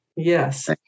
Yes